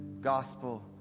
gospel